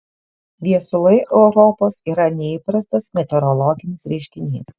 viesulai europos yra neįprastas meteorologinis reiškinys